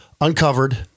uncovered